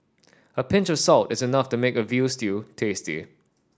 a pinch of salt is enough to make a veal stew tasty